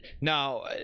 Now